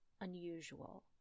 unusual